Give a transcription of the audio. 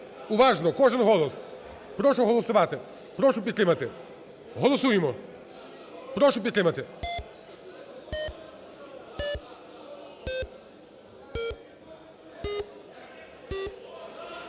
Уважно! Кожен голос. Прошу голосувати. Прошу підтримати. Голосуємо. Прошу підтримати.